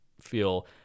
feel